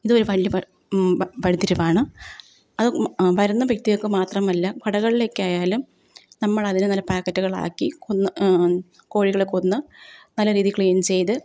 ഇതൊരു വലിയ പ വ വഴിത്തിരിവാണ് അത് വരുന്ന വ്യക്തികൾക്കു മാത്രമല്ല കടകളിലേക്കായാലും നമ്മളതിനെ നല്ല പാക്കറ്റുകളാക്കി കൊന്ന് കോഴികളെ കൊന്ന് നല്ല രീതി ക്ളീൻ ചെയ്ത്